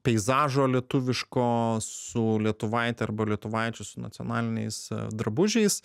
peizažo lietuviško su lietuvaite arba lietuvaičių su nacionaliniais drabužiais